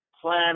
plan